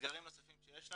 אתגרים נוספים שיש לנו: